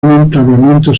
entablamento